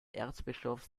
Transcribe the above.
erzbischofs